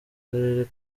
karere